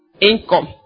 income